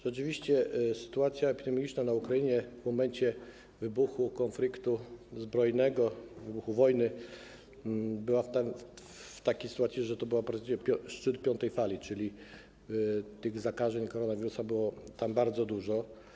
Rzeczywiście sytuacja epidemiczna na Ukrainie w momencie wybuchu konfliktu zbrojnego, wybuchu wojny była taka, że to był szczyt piątej fali, czyli tych zakażeń koronawirusem było tam bardzo dużo.